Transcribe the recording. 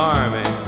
army